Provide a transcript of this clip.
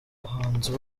bahanzi